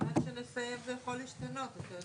אבל עד שנסיים זה יכול להשתנות, אתה יודע.